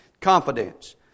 Confidence